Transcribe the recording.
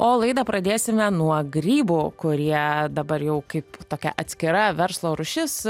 o laidą pradėsime nuo grybų kurie dabar jau kaip tokia atskira verslo rūšis